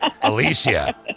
Alicia